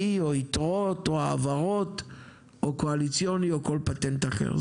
או יתרות או העברות או קואליציוני או כל פטנט אחר,